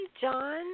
John